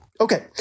Okay